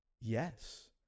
yes